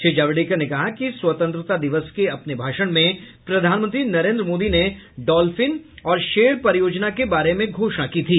श्री जावड़ेकर ने कहा कि स्वतंत्रता दिवस के अपने भाषण में प्रधानमंत्री नरेन्द्र मोदी ने डॉल्फिन और शेर परियोजना के बारे में घोषणा की थी